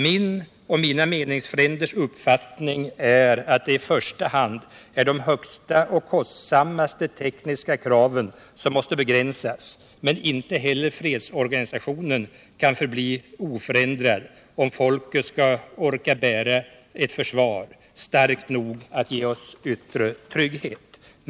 Min och mina meningsfränders uppfattning är att det i första hand är de högsta och kostsammaste tekniska kraven som måste begränsas, men inte heller fredsorganisationen kan förbli oförändrad om folket skall orka bära ett försvar, starkt nog att ge oss yttre trygghet.